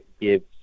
gives